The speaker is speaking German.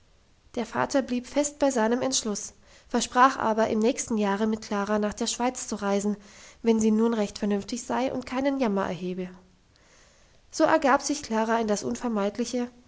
der vater blieb fest bei seinem entschluss versprach aber im nächsten jahre mit klara nach der schweiz zu reisen wenn sie nun recht vernünftig sei und keinen jammer erhebe so ergab sich klara in das unvermeidliche